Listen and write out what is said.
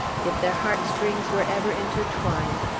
if their heartstrings were ever intertwined,